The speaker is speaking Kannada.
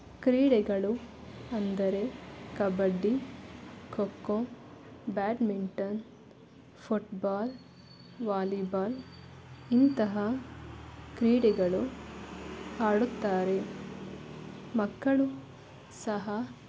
ಕ್ರೀಡೆಗಳು ಅಂದರೆ kabaddi kho kho badminton football volleyball ಇಂತಹ ಕ್ರೀಡೆಗಳು ಆಡುತ್ತಾರೆ ಮಕ್ಕಳು ಸಹ